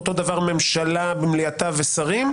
אותו דבר ממשלתה במליאתה ושרים,